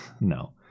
no